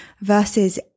versus